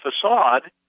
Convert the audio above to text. facade